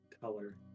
color